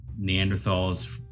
Neanderthals